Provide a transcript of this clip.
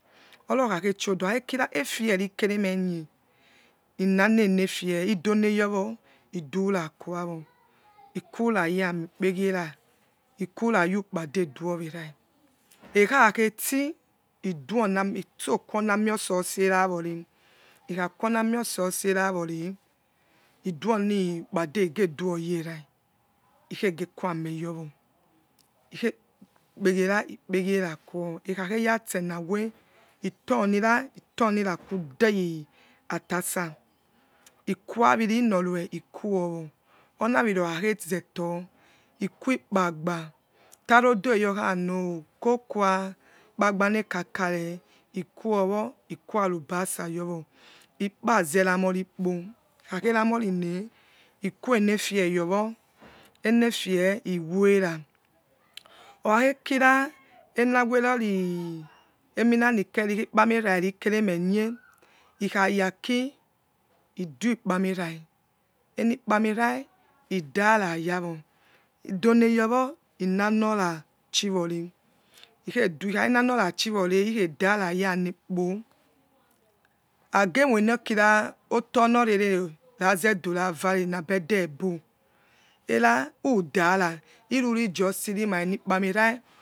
Ora okhahechoide okhakira efierike remenye innane enefie idoneyowo idu raquawo ikurayama ikpegiera ikura yi ukpade duowera ekhakheti iduo name itso kuonameoseose rawore ikha kuoname osiose ra wore iduoniukpade igeduoyera kegequomeyowo ikhepegi ra ipegiera quo ikhakheya stenawe iturni ra iturnira qudi atasa iku awiri noru ikuowo oniaviri okha kheze tor iquikpagbatarodo riyokhano kokua ikpagba nekaka re ikuwo ikuwe arubasa yowo ikpazeramori kpo ikhazerannorine ikue enefie yor enefie iwera okhakhekira enawerori ikpamera nikeri rikereme nie ikhaya aki idukpamerah anikpa mera idareyawo idoneyowo inanora chiwore ikhedu ikhakenanorachiwore ikhedarayanekpo agemoinokira otonorere razeduravare nabiede ito erawodara iruri jusi rimain kpamera whokurayi,